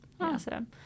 Awesome